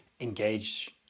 engage